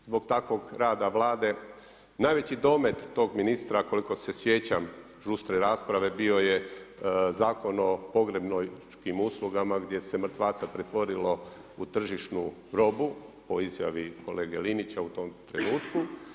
Zbog takvog rada Vlade najveći domet tog ministra, žustre rasprave bio je Zakon o pogrebničkim usluga ma gdje se mrtvaca pretvorilo u tržišnu robu po izjavi kolege Linića u tom trenutku.